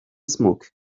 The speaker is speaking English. smoke